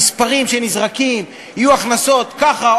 המספרים שנזרקים: יהיו הכנסות ככה,